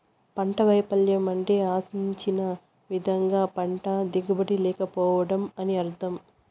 పంట వైపల్యం అంటే ఆశించిన విధంగా పంట దిగుబడి లేకపోవడం అని అర్థం